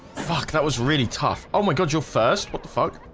fuck that was really tough. oh my god. you're first what the fuck